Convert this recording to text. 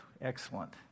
excellent